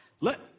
Let